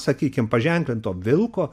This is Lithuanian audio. sakykim paženklinto vilko